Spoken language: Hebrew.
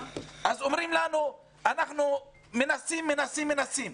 אז אתם אומרים לנו: אנחנו מנסים, מנסים, מנסים.